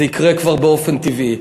זה יקרה כבר באופן טבעי.